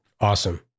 Awesome